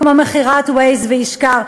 כמו מכירת Waze ו"ישקר".